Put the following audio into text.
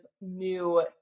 new